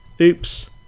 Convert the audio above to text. Oops